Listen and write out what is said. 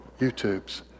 YouTubes